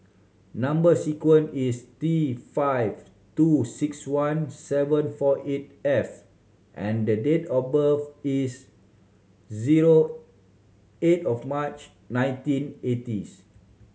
number sequence is T five two six one seven four eight F and the date of birth is zero eight of March nineteen eightieth